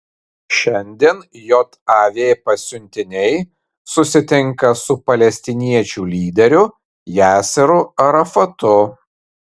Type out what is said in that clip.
šiandien jav pasiuntiniai susitinka su palestiniečių lyderiu yasseru arafatu